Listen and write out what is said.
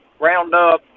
roundup